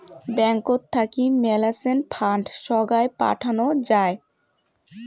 ব্যাঙ্কত থাকি মেলাছেন ফান্ড সোগায় পাঠানো যাই